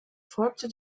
folgte